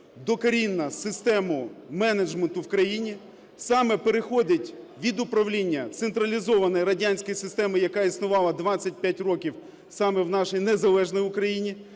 докорінно систему менеджменту в країні. Саме переходить від управління централізованої радянської системи, яка існувала 25 років саме в нашій незалежній Україні,